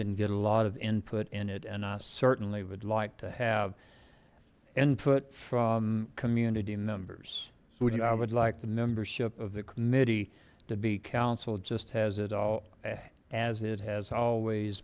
didn't get a lot of input in it and i certainly would like to have input from community members which i would like the membership of the committee to be council just has it all as it has always